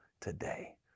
today